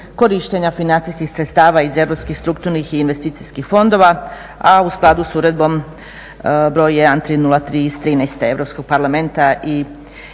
korištenja financijskih sredstava iz europskih strukturnih i investicijskih fondova a u skladu sa Uredbom br. 1303 iz '13.-te Europskog parlamenta i